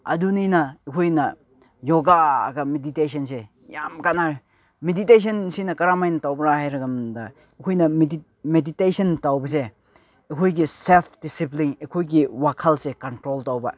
ꯑꯗꯨꯅꯤꯅ ꯑꯩꯈꯣꯏꯅ ꯌꯣꯒꯥꯒ ꯃꯦꯗꯤꯇꯦꯁꯟꯁꯦ ꯌꯥꯝ ꯀꯟꯅ ꯃꯦꯗꯤꯇꯦꯁꯟꯁꯤꯅ ꯀꯔꯝꯃꯥꯏꯅ ꯇꯧꯕ꯭ꯔꯥ ꯍꯥꯏꯔ ꯃꯇꯝꯗ ꯑꯩꯈꯣꯏꯅ ꯃꯦꯗꯤꯇꯦꯁꯟ ꯇꯧꯕꯁꯦ ꯑꯩꯈꯣꯏꯒꯤ ꯁꯦꯜꯐ ꯗꯤꯁꯤꯄ꯭ꯂꯤꯟ ꯑꯩꯈꯣꯏꯒꯤ ꯋꯥꯈꯜꯁꯦ ꯀꯟꯇ꯭ꯔꯣꯜ ꯇꯧꯕ